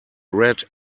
red